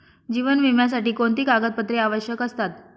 जीवन विम्यासाठी कोणती कागदपत्रे आवश्यक असतात?